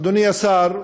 אדוני השר,